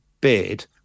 bid